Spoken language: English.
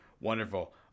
Wonderful